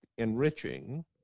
Enriching